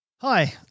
Hi